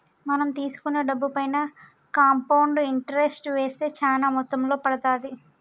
మనం తీసుకున్న డబ్బుపైన కాంపౌండ్ ఇంటరెస్ట్ వేస్తే చానా మొత్తంలో పడతాది